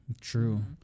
True